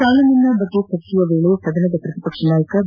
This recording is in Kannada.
ಸಾಲ ಮನ್ನಾ ಕುರಿತ ಚರ್ಚೆಯ ವೇಳೆ ಸದನದ ಪ್ರತಿಪಕ್ಷ ನಾಯಕ ಬಿ